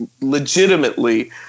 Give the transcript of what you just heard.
legitimately